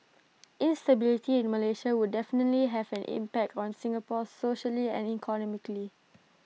instability in Malaysia would definitely have an impact on Singapore socially and economically